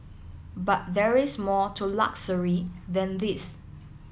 but there is more to luxury than these